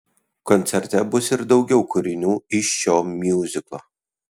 koncerte bus ir daugiau kūrinių iš šio miuziklo